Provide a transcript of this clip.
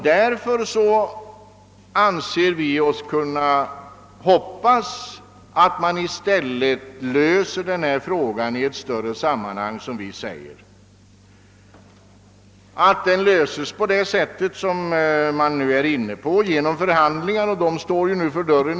Därför hoppas vi att frågan i stället blir löst i, som vi ser det, ett större sammanhang, d. v. s. genom de förhandlingar som nu pågår.